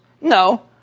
No